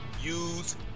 use